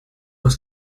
was